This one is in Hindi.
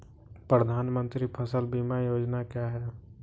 प्रधानमंत्री फसल बीमा योजना क्या है?